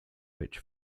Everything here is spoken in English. rich